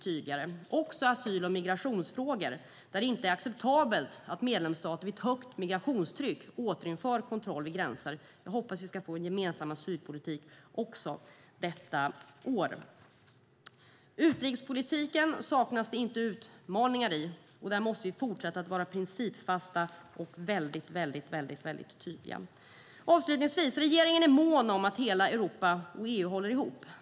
Det gäller också asyl och migrationsfrågor, där det inte är acceptabelt att medlemsstater vid högt migrationstryck återinför kontroll vid gränser. Jag hoppas att vi också ska få en gemensam asylpolitik detta år. I utrikespolitiken saknas det inte utmaningar. Där måste vi fortsätta att vara principfasta och väldigt tydliga. Avslutningsvis: Regeringen är mån om att hela Europa och EU håller ihop.